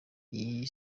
iyi